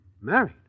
Married